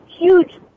huge